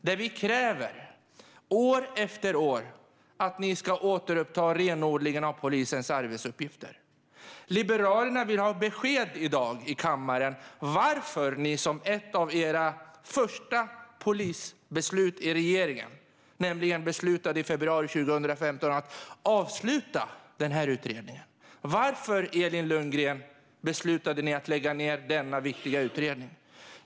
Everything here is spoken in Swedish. År efter år kräver vi att ni ska återuppta arbetet med renodlingen av polisens arbetsuppgifter. Liberalerna vill ha besked i dag i kammaren om varför ett av regeringens första polisbeslut var att avsluta utredningen i februari 2015. Varför, Elin Lundgren, beslutade ni att lägga ned denna viktiga utredning?